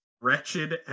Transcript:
Wretched